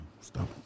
stop